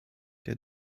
der